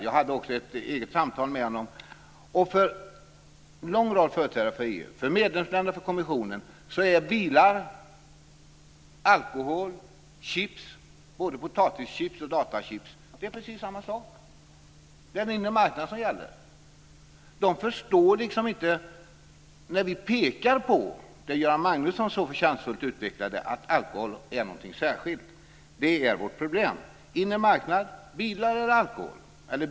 Jag hade också ett eget samtal med honom. För en lång rad företrädare för EU, för medlemsländerna och för kommissionen är bilar, alkohol och chips - både potatischips och datachips - precis samma sak. Det är den inre marknaden som gäller. De förstår oss inte när vi pekar på - det Göran Magnusson så förtjänstfullt utvecklade - att alkohol är någonting särskilt. Det är vårt problem. Det gäller den inre marknaden.